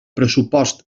pressupost